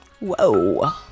Whoa